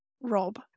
Rob